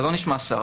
על עונש מאסר.